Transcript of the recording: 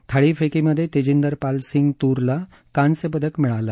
थाळीफेकीमधे तेजिंदरपाल सिंग तूरला कांस्य पदक मिळालं